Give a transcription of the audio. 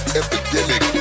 epidemic